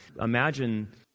Imagine